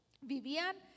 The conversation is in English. Vivían